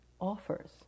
offers